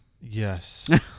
Yes